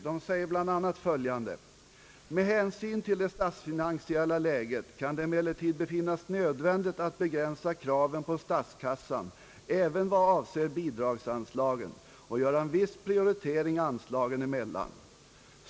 Där heter det bl.a. följande: »Med hänsyn till det statsfinansiella läget kan det emellertid befinnas nödvändigt att begränsa kraven på statskassan även vad avser bidragsanslagen och göra en viss prioritering anslagen emellan.